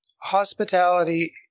hospitality